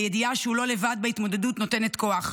הידיעה שהוא לא לבד בהתמודדות נותנת כוח.